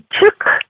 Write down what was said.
took